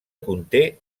conté